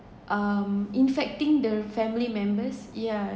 um infecting the family members yeah